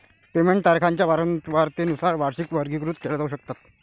payment तारखांच्या वारंवारतेनुसार वार्षिकी वर्गीकृत केल्या जाऊ शकतात